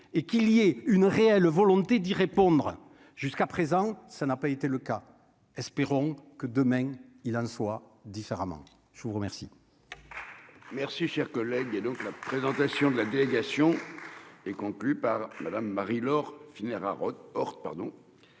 et qu'il y a une réelle volonté d'y répondre jusqu'à présent, ça n'a pas été le cas espérons que demain il en soit différemment, je vous remercie.